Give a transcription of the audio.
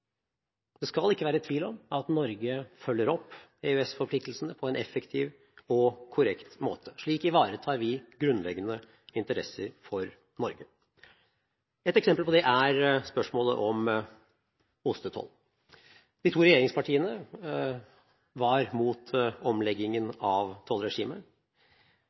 Det skal ikke være tvil om at Norge følger opp EØS-forpliktelsene på en effektiv og korrekt måte. Slik ivaretar vi grunnleggende interesser for Norge. Et eksempel på det er spørsmålet om ostetoll. De to regjeringspartiene var mot omleggingen av tollregimet.